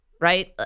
Right